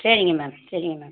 சரிங்க மேம் சரிங்க மேம்